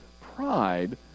pride